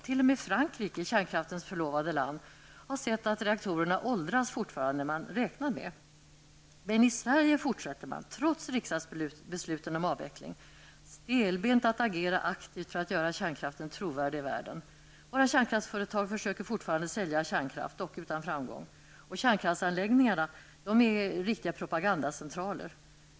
T.o.m. Frankrike, kärnkraftens förlovade land, har sett att reaktorerna åldras fortare än man räknat med. Men i Sverige fortsätter man, trots riksdagsbesluten om avveckling, stelbent att agera aktivt för att göra kärnkraften trovärdig i världen. Våra kärnkraftsföretag försöker fortfarande sälja kärnkraft, dock utan framgång. Kärnkraftsanläggningarna är riktiga propagandacentraler.